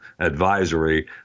advisory